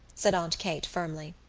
said aunt kate firmly.